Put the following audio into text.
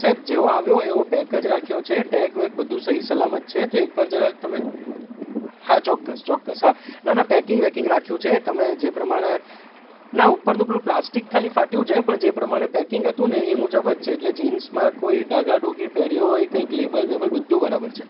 સાહેબ જેવો આવ્યો એવો પેક જ રાખ્યો છે ટેગ વેગ બધુ સહી સલામત છે તો એક વાર જરા તમે હા ચોક્કસ ચોક્કસ હા ના ના પેકિંગ વેકિંગ રાખ્યું છે તમે જે પ્રમાણે ના ઉપરનું પેલું પ્લાસ્ટિક ખાલી ફાટ્યું છે પણ જે પ્રમાણે પેકિંગ હતું ને એ મુજબ જ છે એટલે જીન્સમાં કોઈ ડાગા ડુઘી પેહેર્યો હોય કંઇક લેબલ બેબલ બધું બરાબર છે